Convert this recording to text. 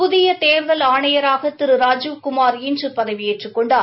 புதிய தேர்தல் ஆணையராக திரு ராஜீவ்குமார் இன்று பதவியேற்றுக் கொண்டார்